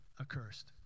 accursed